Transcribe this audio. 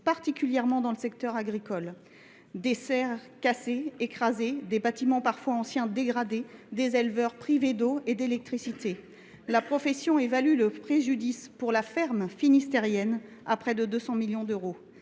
particulièrement dans le secteur agricole, où des serres ont été écrasées, des bâtiments, parfois anciens, dégradés, et des éleveurs privés d’eau et d’électricité. La profession évalue le préjudice pour la ferme finistérienne à près de 200 millions d’euros.